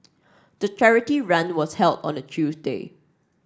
the charity run was held on a Tuesday